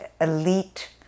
elite